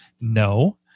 No